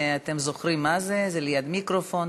אתם זוכרים מה זה: ליד המיקרופון,